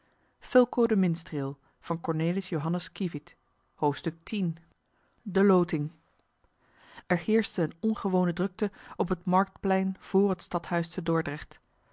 er heerschte eene ongewone drukte op het marktplein vr het stadhuis te dordrecht